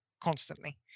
constantly